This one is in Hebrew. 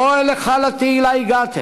לא אל היכל התהילה הגעתם,